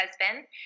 husband